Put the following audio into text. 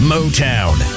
Motown